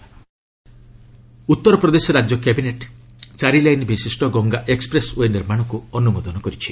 କୁମ୍ଭ UP cabinet Uttar Pradesh ରାଜ୍ୟ cabinet ଚାରି line ବିଶିଷ୍ଟ ଗଙ୍ଗା ଏକ୍ସପ୍ରେସ୍ ଓ୍ବେ ନିର୍ମାଣକୁ ଅନୁମୋଦନ କରିଛି